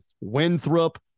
Winthrop